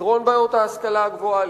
לפתרון בעיות ההשכלה הגבוהה,